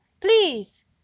please